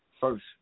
first